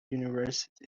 university